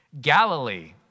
Galilee